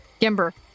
Gimber